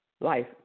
life